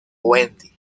wendy